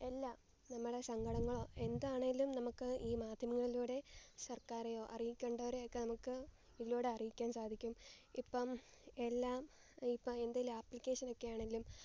എല്ലാം നമ്മുടെ സങ്കടങ്ങളോ എന്താണെങ്കിലും നമുക്ക് ഈ മാധ്യമങ്ങളിലൂടെ സർക്കാരെയോ അറിയിക്കേണ്ടവരെ ഒക്കെ നമുക്ക് ഇതിലൂടെ അറിയിക്കാൻ സാധിക്കും ഇപ്പം എല്ലാം ഇപ്പം എന്തെങ്കിലും ആപ്ലിക്കേഷൻ ഒക്കെ ആണെങ്കിലും